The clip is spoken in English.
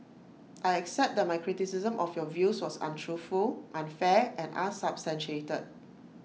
I accept that my criticism of your views was untruthful unfair and unsubstantiated